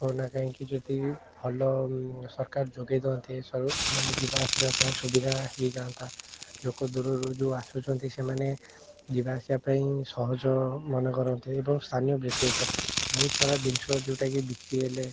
ହେଉନା କାହିଁକି ଯଦି ବା ଭଲ ସରକାର ଯୋଗେଇ ଦିଅନ୍ତି ସବୁ ମାନେ ଯିବା ଆସିବା ପାଇଁ ସୁବିଧା ହେଇ ଯାଆନ୍ତା ଲୋକ ଦୂରରୁ ଯେଉଁ ଆସୁଛନ୍ତି ସେମାନେ ଯିବା ଆସିବା ପାଇଁ ସହଜ ମନେ କରନ୍ତେ ଏବଂ ସ୍ଥାନୀୟ ବିକ୍ରିତ ବହୁତ ସାରା ଜିନିଷ ଯେଉଁଟାକି ବିକ୍ରି ହେଲେ